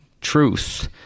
truth